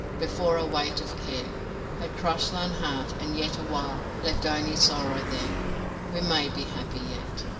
before a weight of care had crushed thine heart, and yet awhile left only sorrow there we may be happy yet.